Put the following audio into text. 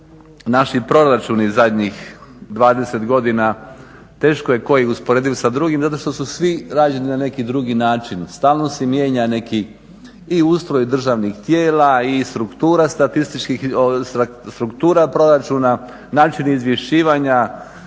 naši proračuni zadnjih 20 godina, teško je koji usporediv sa drugim zato što su svi rađeni na neki drugi način, stalno se mijenja neki i ustroj državnih tijela i struktura proračuna, način izvješćivanja,